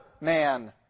man